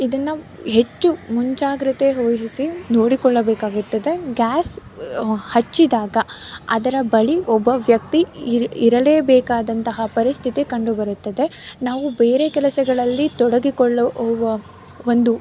ಇದನ್ನು ಹೆಚ್ಚು ಮುಂಜಾಗ್ರತೆ ವಹಿಸಿ ನೋಡಿಕೊಳ್ಳಬೇಕಾಗುತ್ತದೆ ಗ್ಯಾಸ್ ಹಚ್ಚಿದಾಗ ಅದರ ಬಳಿ ಒಬ್ಬ ವ್ಯಕ್ತಿ ಇರೊ ಇರಲೇ ಬೇಕಾದಂತಹ ಪರಿಸ್ಥಿತಿ ಕಂಡುಬರುತ್ತದೆ ನಾವು ಬೇರೆ ಕೆಲಸಗಳಲ್ಲಿ ತೊಡಗಿಕೊಳ್ಳುವ ಒಂದು